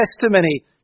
testimony